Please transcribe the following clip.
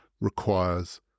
requires